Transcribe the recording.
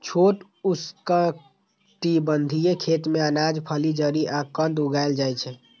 छोट उष्णकटिबंधीय खेत मे अनाज, फली, जड़ि आ कंद उगाएल जाइ छै